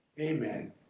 Amen